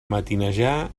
matinejar